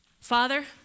Father